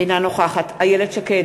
אינה נוכחת איילת שקד,